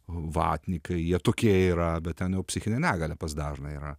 vatnikai jie tokie yra bet ten jau psichinė negalė pas dažną yra